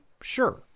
sure